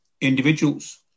individuals